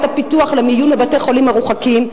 הפיתוח להגיע למיון בבתי-חולים מרוחקים,